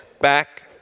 back